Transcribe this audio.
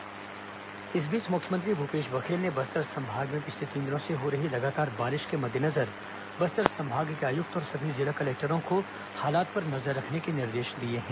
बारिश मुख्यमंत्री इस बीच मुख्यमंत्री भूपेश बघेल ने बस्तर संभाग में पिछले तीन दिनों से हो रही लगातार बारिश के मद्देनजर बस्तर संभाग के आयुक्त और सभी जिला कलेक्टरों को हालात पर नजर रखने के निर्देश दिए हैं